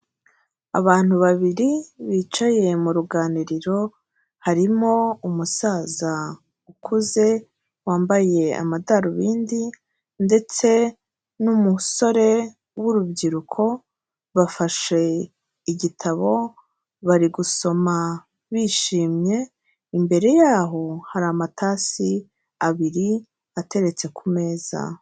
Abantu babiri bicaye mu ruganiriro, harimo umusaza ukuze wambaye amadarubindi, ndetse n'umusore w'urubyiruko, bafashe igitabo bari gusoma bishimye, imbere yaho hari amatasi abiri ateretse kumeza.